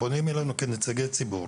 פונים אלינו כנציגי ציבור,